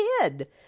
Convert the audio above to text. kid